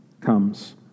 comes